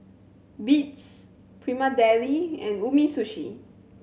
Beats Prima Deli and Umisushi